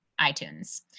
iTunes